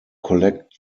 collect